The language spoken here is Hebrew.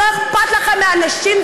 לא אכפת לכם מהאנשים,